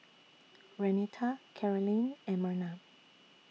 Renita Karolyn and Merna